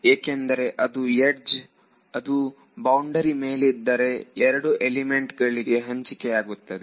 ಏಕೆಂದರೆ ಅದು ಎಡ್ಜ್ ಅದು ಬೌಂಡರಿ ಮೇಲಿದ್ದರೆ 2 ಎಲಿಮೆಂಟ್ಗಳಿಗೆ ಹಂಚಿಕೆ ಆಗುತ್ತದೆ